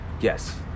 Yes